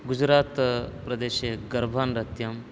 गुजरात्प्रदेशे गर्भनृत्यम्